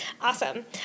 awesome